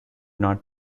not